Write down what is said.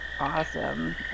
Awesome